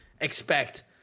expect